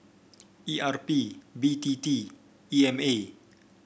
E R P B T T E M A